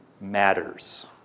matters